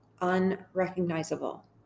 unrecognizable